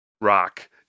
rock